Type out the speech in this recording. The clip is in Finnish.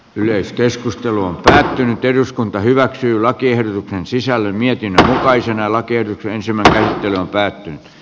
yleiskeskustelu on päättynyt eduskunta hyväksyy lakiehdotuksen sisällön ja taisin olla tietyt vapaaehtoiseen yhteistyöhön jää